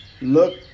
look